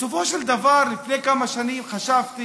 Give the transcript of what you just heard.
בסופו של דבר, לפני כמה שנים חשבתי,